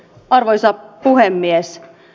arvoisa puhemies